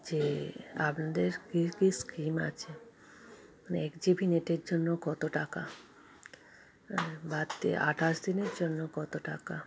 যে আপনাদের কী কী স্কিম আছে মানে এক জি বি নেটের জন্য কত টাকা বা দিয়ে আঠাশ দিনের জন্য কত টাকা